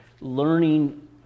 learning